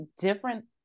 different